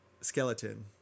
skeleton